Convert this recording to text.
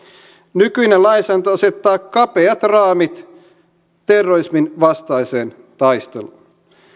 nykyinen lainsäädäntö asettaa kapeat raamit terrorismin vastaiseen taisteluun